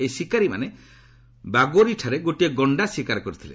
ଏହି ଶିକାରୀମାନେ ବାଗୋରିଠାରେ ଗୋଟିଏ ଗଣ୍ଡା ଶିକାର କରିଥିଲେ